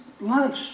lunch